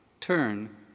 turn